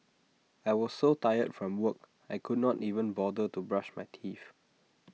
I was so tired from work I could not even bother to brush my teeth